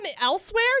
elsewhere